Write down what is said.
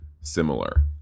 Similar